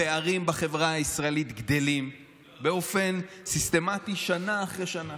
הפערים בחברה הישראלית גדלים באופן סיסטמטי שנה אחרי שנה.